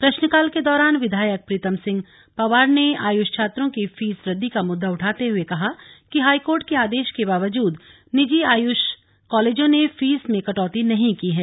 प्रश्नकाल के दौरान विधायक प्रीतम सिंह पंवार ने आयुष छात्रों की फीस वृद्धि का मुद्दा उठाते हुए कहा कि हाइकोर्ट के आदेश के बावजूद निजी आयुष कॉलेजों ने फीस मे कटौती नहीं की है